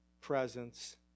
presence